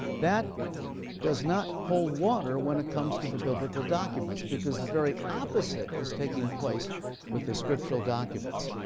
that does not hold water when it comes to the biblical documents, because the very opposite is taking place with the scriptural documents.